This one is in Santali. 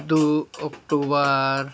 ᱫᱩ ᱚᱠᱴᱳᱵᱚᱨ